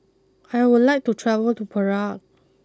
I would like to travel to Prague